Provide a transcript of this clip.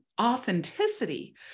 authenticity